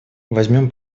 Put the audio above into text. возьмем